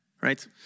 right